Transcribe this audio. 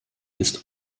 ist